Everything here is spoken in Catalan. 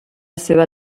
seva